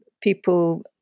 people